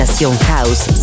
house